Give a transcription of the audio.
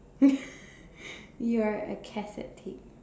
you are a cassette tape